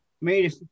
made